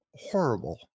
Horrible